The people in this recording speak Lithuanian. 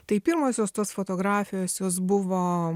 tai pirmosios tos fotografijos jos buvo